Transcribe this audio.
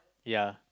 ya